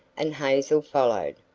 and hazel followed.